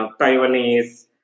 Taiwanese